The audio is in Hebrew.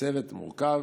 הצוות מורכב